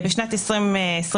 בשנת 2022